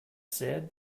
said